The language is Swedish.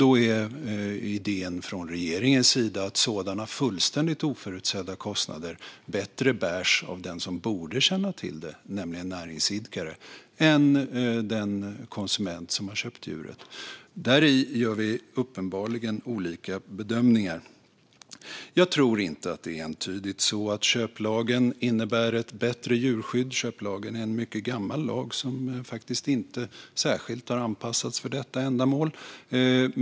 Då är idén från regeringens sida att sådana fullständigt oförutsedda kostnader bättre bärs av den som borde känna till dem, nämligen näringsidkaren, än den som har köpt djuret. Här gör vi uppenbarligen olika bedömningar. Jag tror inte att det är entydigt så att köplagen innebär ett bättre djurskydd. Köplagen är en mycket gammal lag som faktiskt inte särskilt har anpassats för detta ändamål.